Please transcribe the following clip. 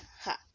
ha